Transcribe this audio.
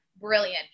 brilliant